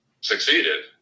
succeeded